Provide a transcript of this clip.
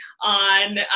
on